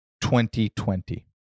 2020